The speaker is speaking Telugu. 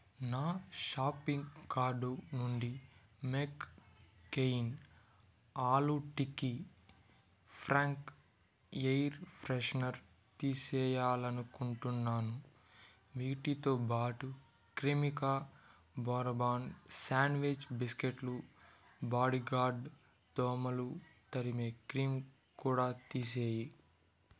నా షాపింగ్ కార్డు నుండి McCain aloo tikki Frank air freshener తీసేయాలనుకుంటున్నాను వీటితో బాటు క్రిమికా బోర్బన్ శాండ్విచ్ బిస్కెట్లు బాడీగార్డ్ దోమలు తరిమే క్రీం కూడా తీసేయి